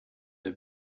der